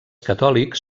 catòlics